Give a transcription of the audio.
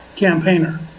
campaigner